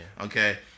Okay